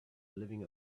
living